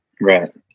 Right